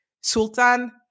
Sultan